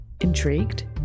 Intrigued